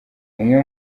umwe